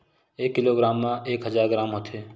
एक किलोग्राम मा एक हजार ग्राम होथे